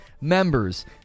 members